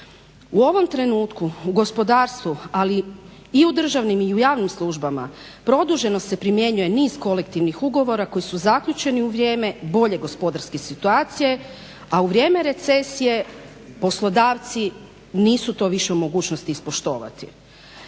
U ovom trenutku u gospodarstvu ali i u državnim i u javnim službama produženo se primjenjuje niz kolektivnih ugovora koji su zaključeni u vrijeme bolje gospodarske situacije a u vrijeme recesije poslodavci nisu to više u mogućnosti ispoštovati.